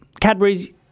Cadbury's